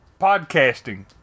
podcasting